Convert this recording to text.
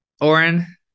Oren